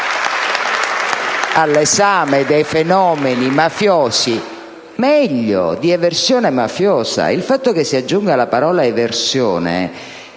all'esame dei fenomeni mafiosi e, meglio, di eversione mafiosa. Il fatto che si aggiunga la parola «eversione»